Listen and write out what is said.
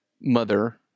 mother